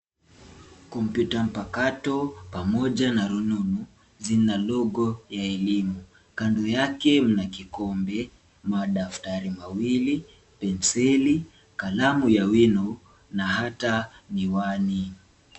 Kompyuta mpakato pamoja na rununu zina logo ya elimu. Juu yake, mna kikombe, madaftari mawili, penseli, kalamu ya wino na hata miwani.